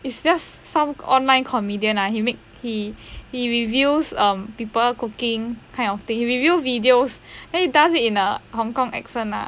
it's just some online comedian lah he makes he he reveals um people cooking kind of thing he reveal videos then he does it in a hong kong accent ah